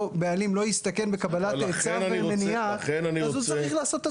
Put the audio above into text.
בעלים לא יסתכן בקבלת צו מניעה --- אז הוא צריך לעשות.